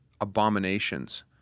abominations